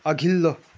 अघिल्लो